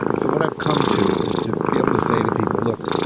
so what i've come to is to be able to say to people look,